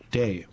day